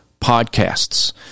podcasts